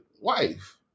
wife